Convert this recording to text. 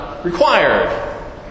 Required